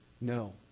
No